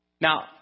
Now